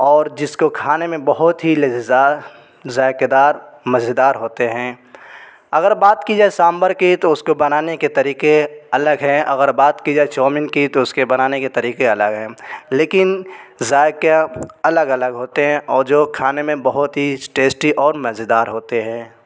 اور جس کو کھانے میں بہت ہی لذیذ اور ذائقہ دار مزیدار ہوتے ہیں اگر بات کی جائے سانبر کی تو اس کو بنانے کے طریقے الگ ہیں اگر بات کی جائے چومین کی تو اس کے بنانے کے طریقے الگ ہیں لیکن ذائقہ الگ الگ ہوتے ہیں اور جو کھانے میں بہت ہی ٹیسٹی اور مزیدار ہوتے ہیں